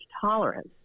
tolerance